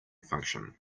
function